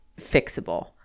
fixable